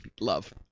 love